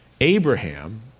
Abraham